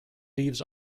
leaves